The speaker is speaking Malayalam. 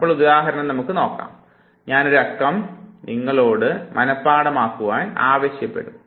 ഇപ്പോൾ ഒരു ഉദാഹരണം നമുക്ക് നോക്കാം ഞാൻ ഒരു അക്കം നിങ്ങളോട് മനഃപാഠമാക്കുവാൻ ആവശ്യപ്പെടും